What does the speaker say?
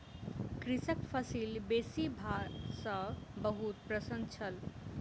कृषक फसिल बेसी भार सॅ बहुत प्रसन्न छल